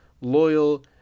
loyal